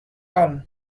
all